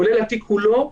כולל התיק כולו,